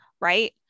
right